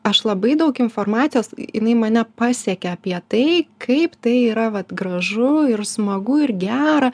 aš labai daug informacijos jinai mane pasiekė apie tai kaip tai yra vat gražu ir smagu ir gera